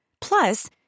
Plus